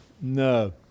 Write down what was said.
no